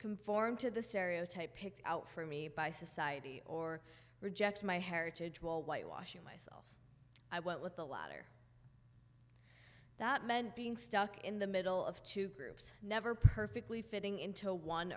conform to the stereotype picked out for me by society or reject my heritage while white washing my eyes i went with the latter that meant being stuck in the middle of two groups never perfectly fitting into one